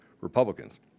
Republicans